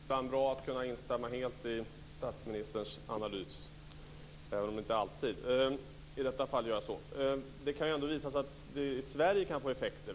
Fru talman! Det känns ibland bra att kunna instämma helt i statsministerns analys, även om det inte är alltid. I detta fall gör jag så. Det kan ändå visa sig att detta i Sverige kan få effekter.